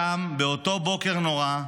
שם, באותו בוקר נורא,